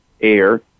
air